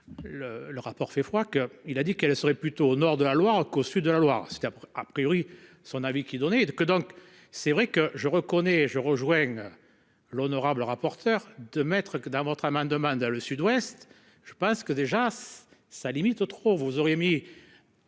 le rapport fait froid que il a dit qu'elle serait plutôt au nord de la Loire qu'au sud de la Loire a priori son avis qui donnait et que donc c'est vrai que je reconnais et je rejoins. L'honorable rapporteur de maîtres que dans votre amendement dans le Sud-Ouest. Je pense que déjà ça limite trop vous auriez mis.